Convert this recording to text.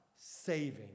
saving